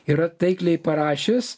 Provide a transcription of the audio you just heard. yra taikliai parašęs